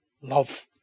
love